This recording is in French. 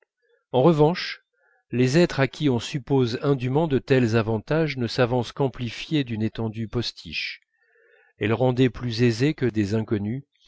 en revanche les êtres à qui on suppose indûment de tels avantages ne s'avancent qu'amplifiés d'une étendue postiche elle rendait plus aisé que des inconnues